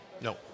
no